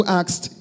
asked